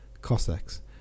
Cossacks